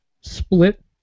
split